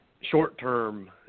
short-term